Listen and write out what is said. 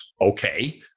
okay